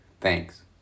Thanks